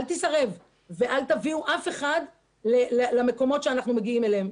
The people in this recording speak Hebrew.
אל תסרב ואל תביאו אף אחד למקומות שאנחנו מגיעים אליהם.